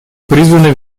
призваны